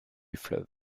fleuve